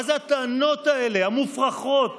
מה זה הטענות המופרכות האלה,